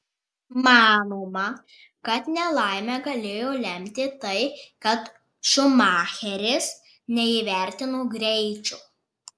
manoma kad nelaimę galėjo lemti tai kad šumacheris neįvertino greičio